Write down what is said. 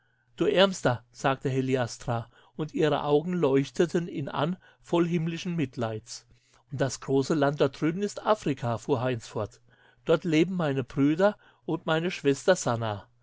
du ärmster sagte heliastra und ihre augen leuchteten ihn an voll himmlischen mitleids und das große land dort drüben ist afrika fuhr heinz fort dort leben meine brüder und meine schwester sannah